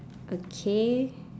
okay